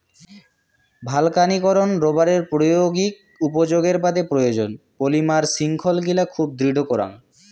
ভালকানীকরন রবারের প্রায়োগিক উপযোগের বাদে প্রয়োজন, পলিমার শৃঙ্খলগিলা খুব দৃঢ় করাং